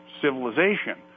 civilization